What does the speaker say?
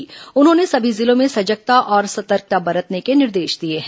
स्वास्थ्य उन्होंने सभी जिलों में सजगता और सतर्कता बरतने के निर्देश दिए हैं